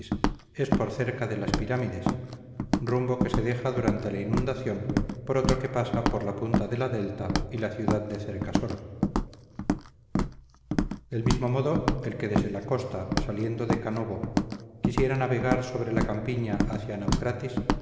es por cerca de las pirámides rumbo que se deja durante la inundación por otro que pasa por la punta de la delta y la ciudad de cercasoro del mismo modo el que desde la costa saliendo de canobo quisiera navegar sobre la campiña hacia